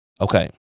Okay